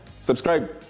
Subscribe